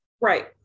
Right